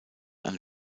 von